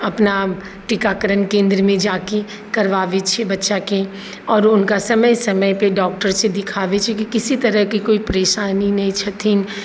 अपना टीकाकरण केन्द्रमे जाके करबाबै छियै बच्चाके आओर हुनका समय समय पर डॉक्टर से देखाबै छियै कि किसी तरहके कोनो परेशानी नहि छथिन